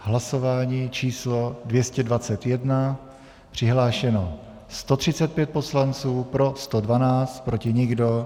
V hlasování číslo 221 přihlášeno 135 poslanců, pro 112, proti nikdo.